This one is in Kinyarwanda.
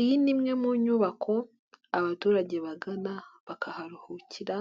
Iyi ni imwe mu nyubako abaturage bagana bakaharuhukira,